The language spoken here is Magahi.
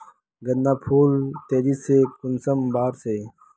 गेंदा फुल तेजी से कुंसम बार से?